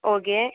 okay